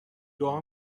دعا